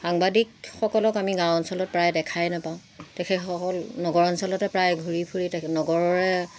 সাংবাদিকসকলক আমি গাঁও অঞ্চলত প্ৰায় দেখাই নাপাওঁ তেখেতসকল নগৰ অঞ্চলতে প্ৰায় ঘূৰি ফুৰি তেখেত নগৰৰে